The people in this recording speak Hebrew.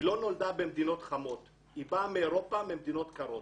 לא נולדה במדינות חמות אלא היא באה מאירופה ממדינות קרות.